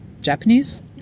Japanese